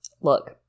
look